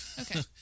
Okay